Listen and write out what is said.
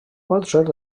potser